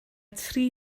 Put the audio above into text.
tri